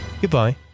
Goodbye